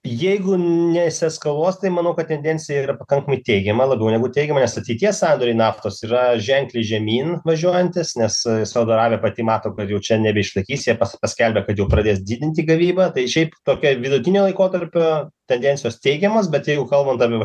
jeigu nesieskaluos tai manau kad tendencija yra pakankamai teigiama labiau negu teigiama nes ateities sandoriai naftos yra ženkliai žemyn važiuojantys nes saudo arabija pati mato kad jau čia nebeišlaikysi jie pas paskelbė kad jau pradės didinti gavybą tai šiaip tokia vidutinio laikotarpio tendencijos teigiamos bet jeigu kalbant apie va